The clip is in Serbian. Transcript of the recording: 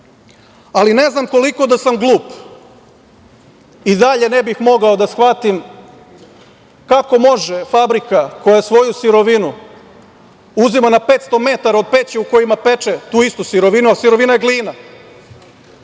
ali ne znam koliko da sam glup, i dalje ne bih mogao da shvatim kako može fabrika koja svoju sirovinu uzima na 500 metara od peći koju peče tu istu sirovinu, a sirovina je glina,